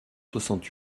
soixante